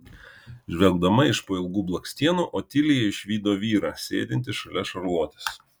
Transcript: žvelgdama iš po ilgų blakstienų otilija išvydo vyrą sėdintį šalia šarlotės